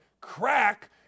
crack